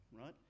right